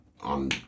on